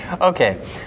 Okay